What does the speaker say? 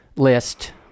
list